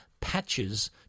patches